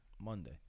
Monday